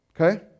Okay